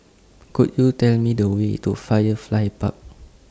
Could YOU Tell Me The Way to Firefly Park